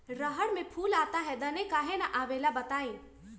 रहर मे फूल आता हैं दने काहे न आबेले बताई?